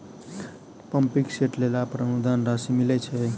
Pumping set लेला पर अनुदान राशि मिलय छैय?